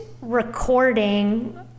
recording